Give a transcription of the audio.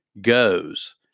goes